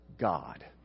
God